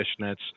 fishnets